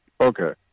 Okay